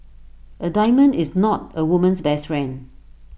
A diamond is not A woman's best friend